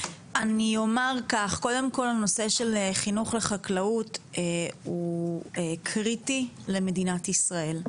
קודם כל הנושא של חינוך לחקלאות הוא קריטי למדינת ישראל.